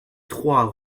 trois